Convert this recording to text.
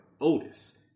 Otis